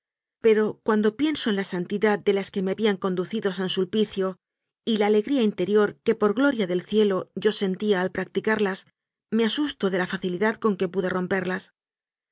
pero cuan do pienso en la santidad de las que me habían conducido a san sulpicio y la alegría interior que por gloi ia del cielo yo sentía al practicarlas me asusto de la facilidad con que pude romperlas